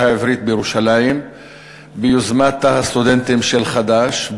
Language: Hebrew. העברית בירושלים ביוזמת הסטודנטים של חד"ש,